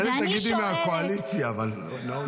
מילא תגידי מהקואליציה, אבל לנאור?